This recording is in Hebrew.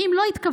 ואם לא התכוונו,